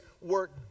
work